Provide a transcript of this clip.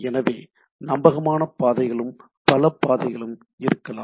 எனவே நம்பகமான பாதைகளும் பல பாதைகளும் இருக்கலாம்